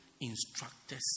instructors